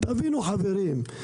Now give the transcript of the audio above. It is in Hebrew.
תבינו חברים,